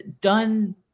done